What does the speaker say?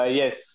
yes